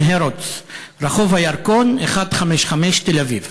"הרודס" ברחוב הירקון 155 בתל-אביב.